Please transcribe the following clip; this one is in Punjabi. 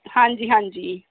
ਹਾਂਜੀ ਹਾਂਜੀ